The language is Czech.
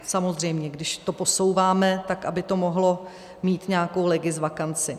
2020 samozřejmě, když to posouváme, tak aby to mohlo mít nějakou legisvakanci.